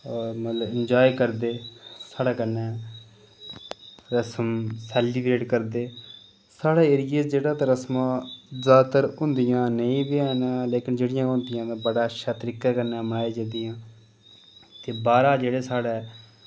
मतलब एंजॉय करदे साढ़े कन्नै ते रस्म सैलिब्रेट करदे ते साढ़े एरिया च जेह्ड़ी रस्मां जैदातर होंदियां नेईं बी हैन लेकिन जेह्ड़ियां होंदियां न ते बड़े अच्छे तरीकै कन्नै मनाई जंदियां न ते बाह्रा जेह्ड़े साढ़े